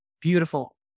Beautiful